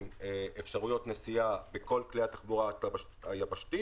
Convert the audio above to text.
אפשרויות נסיעה בכל כלי התחבורה היבשתית,